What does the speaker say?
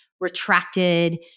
Retracted